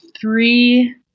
three